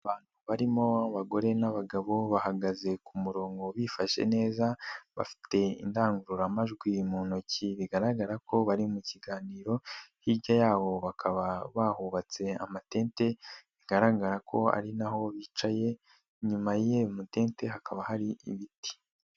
Abantu barimo abagore n'abagabo bahagaze ku murongo bifashe neza, bafite indangururamajwi mu ntoki. Bigaragara ko bari mu kiganiro. Hirya yaho bakaba bahubatse amatente, bigaragara ko ari naho bicaye. Inyuma y'ayo matente hakaba hari ibiti.